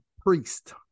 priest